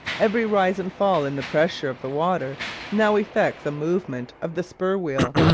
every rise and fall in the pressure of the water now effects a movement of the spur-wheel,